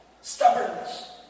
Stubbornness